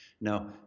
Now